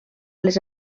les